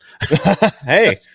Hey